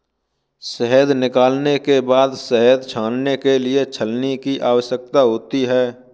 शहद निकालने के बाद शहद छानने के लिए छलनी की आवश्यकता होती है